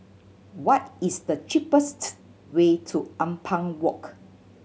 what is the cheapest way to Ampang Walk